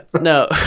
no